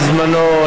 בזמנו,